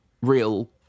real